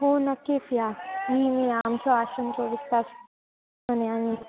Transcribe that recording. हो नक्कीच या मी येईन मी आमचं आश्रम चोवीस तास